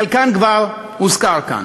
חלקן כבר הוזכר כאן: